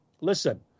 Listen